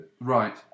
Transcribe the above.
right